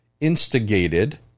instigated